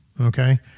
Okay